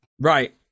Right